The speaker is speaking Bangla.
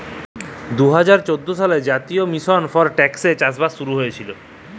দু হাজার চোদ্দ সালে জাতীয় মিশল ফর টেকসই চাষবাস শুরু হঁইয়েছিল